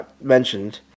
mentioned